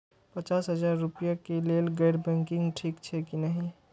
पचास हजार रुपए के लेल गैर बैंकिंग ठिक छै कि नहिं?